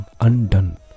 Undone